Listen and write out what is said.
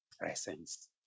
presence